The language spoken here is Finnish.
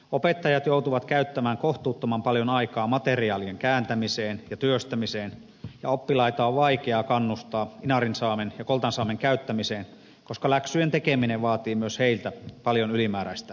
opettajat joutuvat käyttämään kohtuuttoman paljon aikaa materiaalien kääntämiseen ja työstämiseen ja oppilaita on vaikea kannustaa inarinsaamen ja koltansaamen käyttämiseen koska läksyjen tekeminen vaatii myös heiltä paljon ylimääräistä ponnistelua